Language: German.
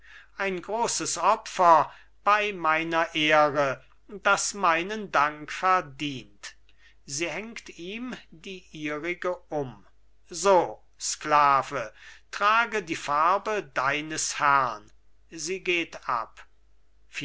ein großes opfer bei meiner ehre das meinen dank verdient sie hängt ihm die ihrige um so sklave trage die farbe deines herrn sie geht ab